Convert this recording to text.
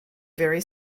very